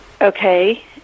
Okay